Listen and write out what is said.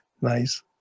Nice